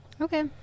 okay